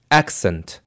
accent